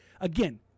again